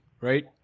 right